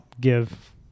give